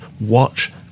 watch